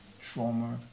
Trauma